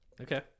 Okay